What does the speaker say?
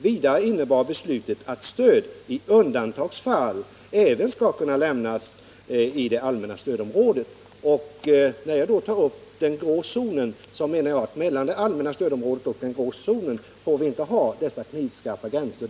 Vidare innebar beslutet att stöd i undantagsfall skall kunna lämnas även i det allmänna stödområdet.” När jag då tar upp den grå zonen menar jag att mellan det allmänna stödområdet och den grå zonen får vi inte ha några knivskarpa gränser.